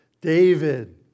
David